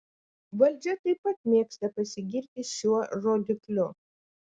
valdžia taip pat mėgsta pasigirti šiuo rodikliu